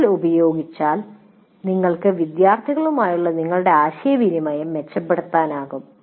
കൂടുതൽ ഉപയോഗിക്കിച്ചാൽ നിങ്ങൾക്ക് വിദ്യാർത്ഥികളുമായുള്ള നിങ്ങളുടെ ആശയവിനിമയം മെച്ചപ്പെടുത്താനാകും